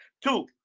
Two